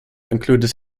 included